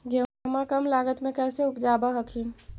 गेहुमा कम लागत मे कैसे उपजाब हखिन?